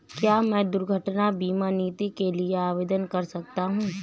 क्या मैं दुर्घटना बीमा नीति के लिए आवेदन कर सकता हूँ?